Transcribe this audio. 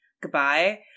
goodbye